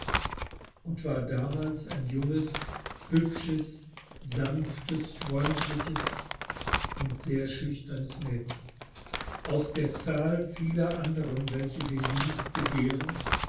und war damals ein junges hübsches sanftes freundliches und sehr schüchternes mädchen aus der zahl vielerandern welchedendienstbegehrenunddreistere